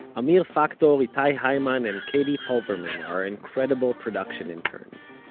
amir factor, itay hyman and katie pulverman are our incredible production interns.